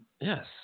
Yes